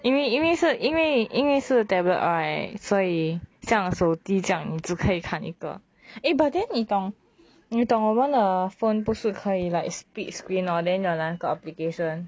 因为因为是因为因为是 tablet right 所以像手机这样只可以看一个 eh but then 你懂你懂我们的 phone 不是可以 like split screen lor then 有两个 application